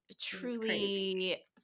truly